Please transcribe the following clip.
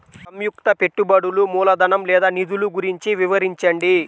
సంయుక్త పెట్టుబడులు మూలధనం లేదా నిధులు గురించి వివరించండి?